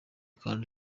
kandi